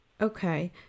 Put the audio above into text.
Okay